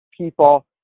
people